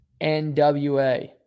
NWA